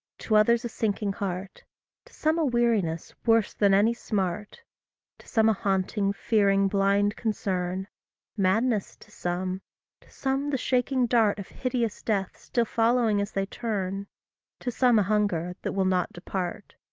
to others a sinking heart to some a weariness worse than any smart to some a haunting, fearing, blind concern madness to some to some the shaking dart of hideous death still following as they turn to some a hunger that will not depart.